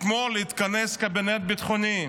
אתמול התכנס הקבינט הביטחוני,